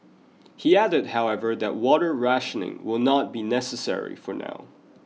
he added however that water rationing will not be necessary for now